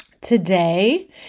today